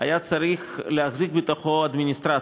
היה צריך להחזיק בתוכו אדמיניסטרציה.